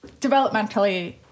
developmentally